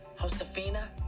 Josefina